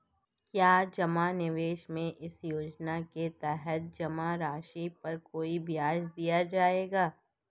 क्या जमा निवेश में इस योजना के तहत जमा राशि पर कोई ब्याज दिया जाएगा?